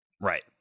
Right